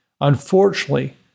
Unfortunately